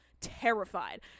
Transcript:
Terrified